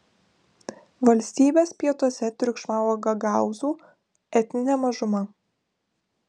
valstybės pietuose triukšmavo gagaūzų etninė mažuma